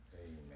Amen